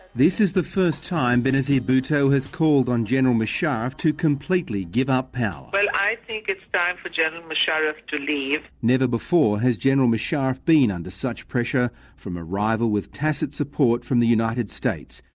this is the first time benazir bhutto has called on general musharraf to completely give up power. well i think it's time for general musharraf to leave. leave. never before has general musharraf been under such pressure from a rival with tacit support from the united states.